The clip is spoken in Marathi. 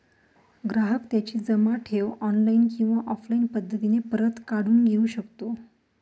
ग्राहक त्याची जमा ठेव ऑनलाईन किंवा ऑफलाईन पद्धतीने परत काढून घेऊ शकतो